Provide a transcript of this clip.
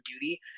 beauty